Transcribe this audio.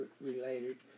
related